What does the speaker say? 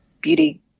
beauty